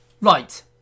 Right